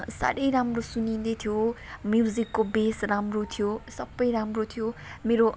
साह्रै राम्रो सुनिँदैथ्यो म्युजिकको बेस राम्रो थियो सबै राम्रो थियो मेरो